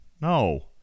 No